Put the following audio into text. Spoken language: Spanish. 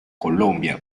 colombia